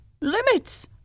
limits